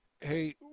Hey